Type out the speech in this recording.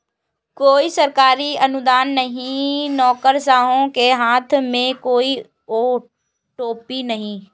कोई सरकारी अनुदान नहीं, नौकरशाहों के हाथ में कोई टोपी नहीं